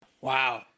Wow